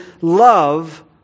love